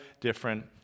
different